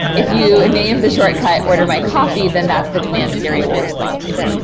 if you name the shortcut order my coffee, then that's the command siri will respond to.